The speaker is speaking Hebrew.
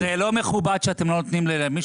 זה לא מכובד שאתם לא נותנים לדבר.